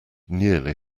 nearly